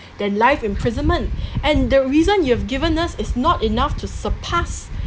than life imprisonment and the reason you have given us is not enough to surpass